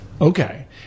Okay